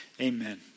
amen